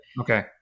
okay